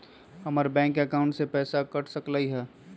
हमर bank account से पैसा कट सकलइ ह?